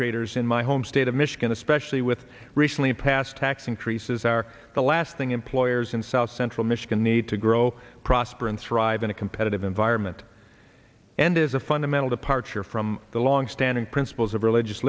creators in my home state michigan especially with recently passed tax increases are the last thing employers in south central michigan need to grow prosper and thrive in a competitive environment and is a fundamental departure from the longstanding principles of religious